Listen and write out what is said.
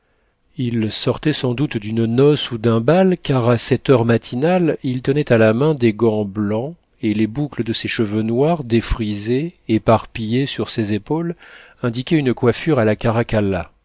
il sortait sans doute d'une noce ou d'un bal car à cette heure matinale il tenait à la main des gants blancs et les boucles de ses cheveux noirs défrisés éparpillées sur ses épaules indiquaient une coiffure à la caracalla